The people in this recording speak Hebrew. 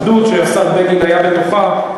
אחדות, השר בגין היה בתוכה.